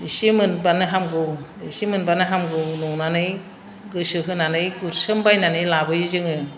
एसे मोनब्लानो हामगौ एसे मोनब्लानो हामगौ नंनानै गोसो होनानै गुरसोमबायनानै लाबोयो जोङो